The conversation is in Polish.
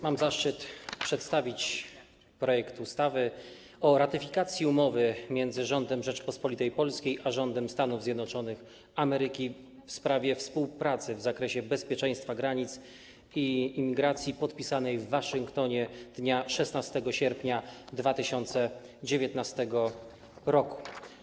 Mam zaszczyt przedstawić projekt ustawy o ratyfikacji Umowy między Rządem Rzeczypospolitej Polskiej a Rządem Stanów Zjednoczonych Ameryki w sprawie współpracy w zakresie bezpieczeństwa granic i imigracji, podpisanej w Waszyngtonie dnia 16 sierpnia 2019 r.